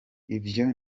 ivyo